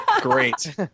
Great